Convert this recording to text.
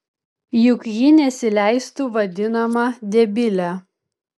juk ji nesileistų vadinama debile